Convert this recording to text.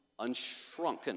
unshrunken